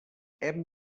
hem